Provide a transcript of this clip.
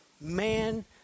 Man